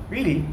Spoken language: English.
really